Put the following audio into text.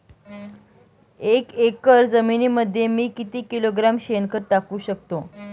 एक एकर जमिनीमध्ये मी किती किलोग्रॅम शेणखत टाकू शकतो?